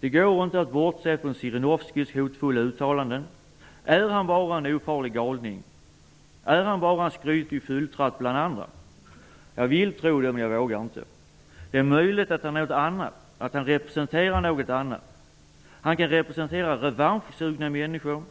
Det går inte att bortse från Zjirinovskijs hotfulla uttalanden. Är han bara en ofarlig galning? Är han bara en skrytig fylltratt bland andra? Jag vill tro det men vågar inte. Det är möjligt att han är något annat och att han representerar något annat. Han kan representera revanschsugna människor --